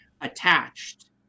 attached